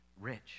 rich